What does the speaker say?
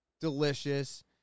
delicious